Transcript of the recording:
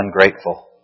ungrateful